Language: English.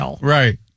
Right